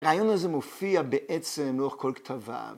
‫הרעיון הזה מופיע בעצם ‫לאורך כל כתביו.